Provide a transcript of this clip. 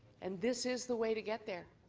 and this is the way to get there.